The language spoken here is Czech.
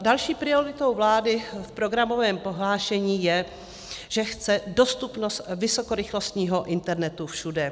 Další prioritou vlády v programovém prohlášení je, že chce dostupnost vysokorychlostního internetu všude.